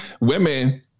women